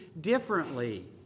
differently